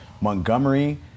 Montgomery